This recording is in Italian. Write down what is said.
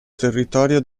territorio